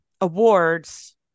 awards